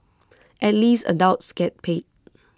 at least adults get paid